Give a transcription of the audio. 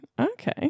Okay